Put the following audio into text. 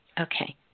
Okay